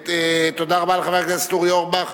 תודה רבה לחבר הכנסת אורי אורבך.